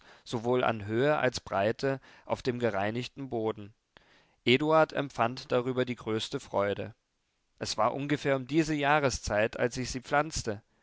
sowohl an höhe als breite auf dem gereinigten boden eduard empfand darüber die größte freude es war ungefähr um diese jahrszeit als ich sie pflanzte